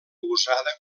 usada